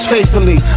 faithfully